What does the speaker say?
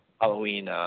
Halloween